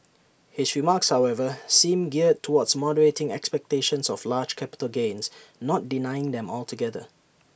his remarks however seem geared towards moderating expectations of large capital gains not denying them altogether